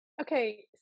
okay